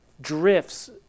drifts